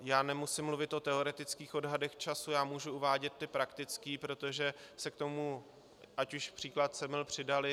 Já nemusím mluvit o teoretických odhadech času, já můžu uvádět ty praktické, protože se k tomu, ať už příklad Semil, přidaly.